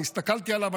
אני הסתכלתי עליו,